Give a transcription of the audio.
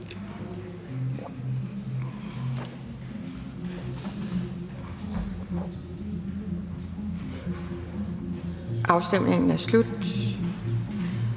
Afstemningen er slut.